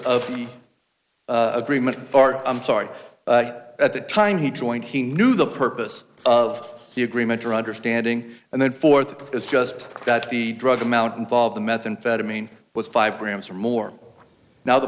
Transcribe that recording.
of the agreement i'm sorry at the time he joined he knew the purpose of the agreement or understanding and then forth it's just that the drug amount involved in methamphetamine was five grams or more now the